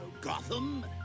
Gotham